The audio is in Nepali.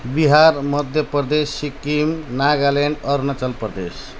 बिहार मध्य प्रदेश सिक्किम नागाल्यान्ड अरुणाचल प्रदेश